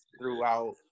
throughout